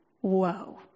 Whoa